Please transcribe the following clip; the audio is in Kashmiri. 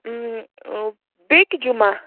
بیٚکہِ جمعہ